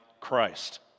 Christ